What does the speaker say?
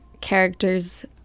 characters